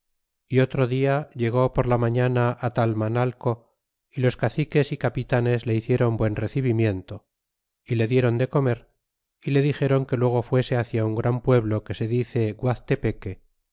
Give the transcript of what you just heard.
y otro dia llegó por la mañana á talmanalco y los caciques y capitanes le hicieron buen recibimiento y le dieron de comer y le dixeron que luego fuese hácia un gran pueblo que se dice